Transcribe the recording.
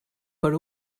per